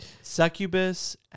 Succubus